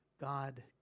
God